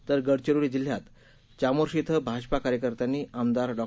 तर गडचिरोली जिल्ह्यात चामोर्शी क्वें भाजपा कार्यकर्त्यांनी आमदार डॉ